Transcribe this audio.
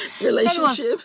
relationship